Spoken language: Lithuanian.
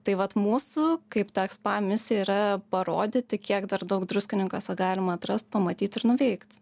tai vat mūsų kaip tech spa misija yra parodyti kiek dar daug druskininkuose galima atrast pamatyt ir nuveikt